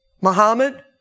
Muhammad